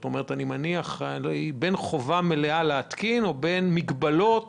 אני מניח שזה יהיה בין חובה מלאה להתקין לבין הגבלת